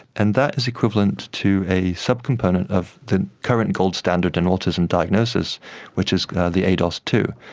and that is equivalent to a subcomponent of the current gold standard in autism diagnosis which is the ados two.